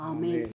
Amen